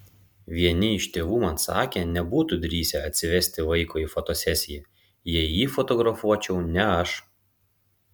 vieni iš tėvų man sakė nebūtų drįsę atsivesti vaiko į fotosesiją jei jį fotografuočiau ne aš